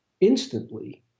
instantly